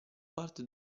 parte